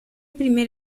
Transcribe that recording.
primer